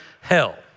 hell